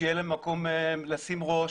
שיהיה להן מקום לשים ראש.